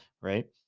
Right